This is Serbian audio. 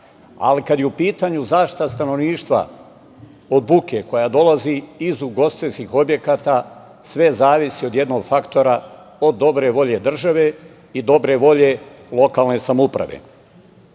Kada je u pitanju zaštita stanovništva od buke koja dolazi iz ugostiteljskih objekata, sve zavisi od jednog faktora, od dobre volje države i dobre volje lokalne samouprave. Ovaj